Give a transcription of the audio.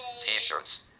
t-shirts